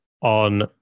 on